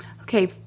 Okay